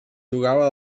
jugava